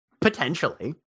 potentially